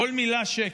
כל מילה שקר.